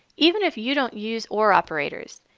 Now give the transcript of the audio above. even if you don't use or operators,